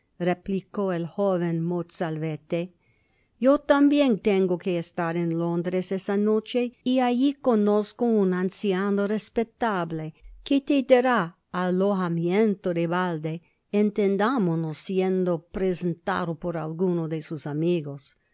replicó el joven mozalvete yo tambien tengo que estar en londres esa noche y alli conozco un anciano respetable que te dará alojamiento de valde entendámonos siendo presentado por alguno de sus amigos